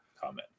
comment